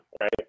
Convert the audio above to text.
right